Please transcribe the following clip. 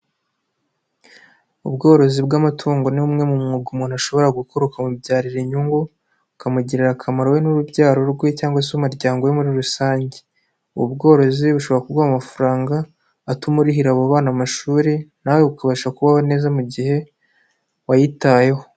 Ubworozi bw'amatungo ni umwe mu mwuga umuntu ashobora gu gukora ukamubyarira inyungu, ukamugirira akamaro we n'urubyaro rwe cyangwa se umuryango we muri rusange, ubu bworozi bushobora kuguha amafaranga atuma urihira abo bana amashuri, nawe ukabasha kubaho neza mu gihe wayitayeho.